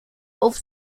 auf